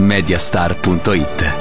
Mediastar.it